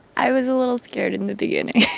i was a little scared in the beginning,